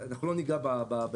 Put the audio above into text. אנחנו לא ניגע בנתונים,